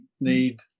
need